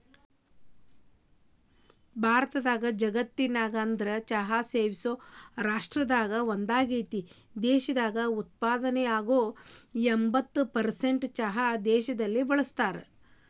ಭಾರತ ಜಗತ್ತಿನ ಅಗ್ರ ಚಹಾ ಸೇವಿಸೋ ರಾಷ್ಟ್ರದಾಗ ಒಂದಾಗೇತಿ, ದೇಶದಾಗ ಉತ್ಪಾದನೆಯಾಗೋ ಎಂಬತ್ತ್ ಪರ್ಸೆಂಟ್ ಚಹಾನ ದೇಶದಲ್ಲೇ ಬಳಸ್ತಾರ